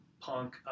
punk